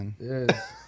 yes